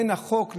בין החוק,